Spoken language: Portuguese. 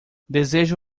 desejo